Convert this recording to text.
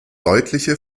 deutliche